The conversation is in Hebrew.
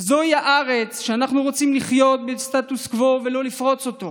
/ זוהי הארץ שבה אנחנו רוצים לחיות בסטטוס קוו ולא לפרוץ אותו.